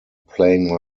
playing